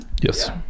Yes